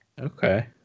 Okay